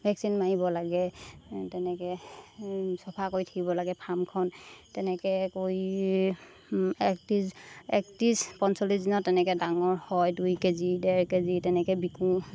vaccine মাৰিব লাগে তেনেকৈ চাফা কৰি থাকিব লাগে ফাৰ্মখন তেনেকৈ কৰি একত্ৰিছ একত্ৰিছ পঞ্চল্লিছ দিনত তেনেকৈ ডাঙৰ হয় দুই কেজি ডেৰ কেজি তেনেকৈ বিকোঁ